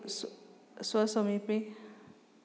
स्वं स्वसमीपे